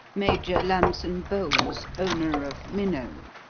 major lambson-bowles, owner of minnow.